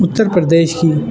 اتر پردیش کی